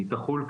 היא תחול,